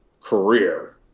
career